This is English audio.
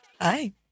Hi